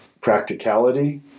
practicality